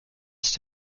ist